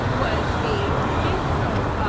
was a scapegoat,